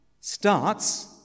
starts